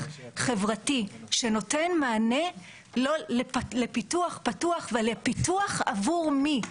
חברתי שנותן מענה לפיתוח פתוח ולפיתוח עבור מי,